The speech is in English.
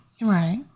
Right